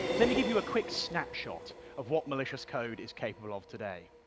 let me give you a quick snapshot of what malicious code is capable of today.